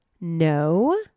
no